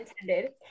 intended